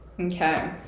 Okay